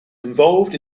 involved